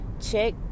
check